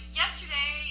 yesterday